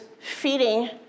feeding